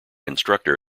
instructor